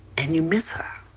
and you miss her.